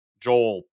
joel